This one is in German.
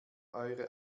eure